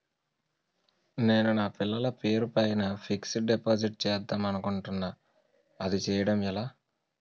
నేను నా పిల్లల పేరు పైన ఫిక్సడ్ డిపాజిట్ చేద్దాం అనుకుంటున్నా అది చేయడం ఎలా?